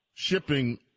Shipping